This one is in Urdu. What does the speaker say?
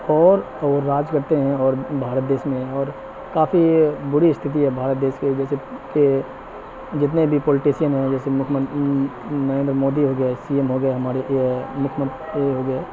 اور اور راج کرتے ہیں اور بھارت دیس میں اور کافی یہ بری استھتی ہے بھارت دیس کی جیسے کہ جتنے بھی پولٹیسین ہیں جیسے مکھ من نریندر مودی ہو گئے سی ایم ہو گئے ہمارے یہ مکھ مت ہوگئے